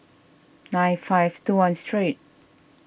nine five two one street